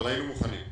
אבל היינו מוכנים,